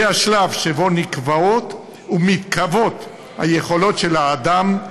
זה השלב שבו נקבעות ומתקבעות היכולות של האדם,